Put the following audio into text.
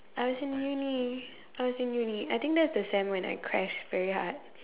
I was in Uni I was in Uni I think that is the sem when I crashed very hard